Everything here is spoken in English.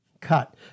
cut